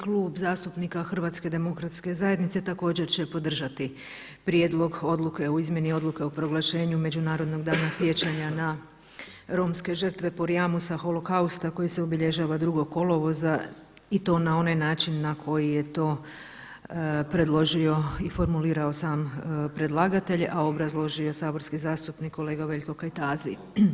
Klub zastupnika Hrvatske demokratske zajednice također će podržati Prijedlog odluke o izmjeni Odluke o proglašenju Međunarodnog dana sjećanja na romske žrtve Porajmosa, Holokausta koji se obilježava 2. kolovoza i to na onaj način na koji je to predložio i formulirao sam predlagatelj, a obrazložio saborski zastupnik kolega Veljko Kajtazi.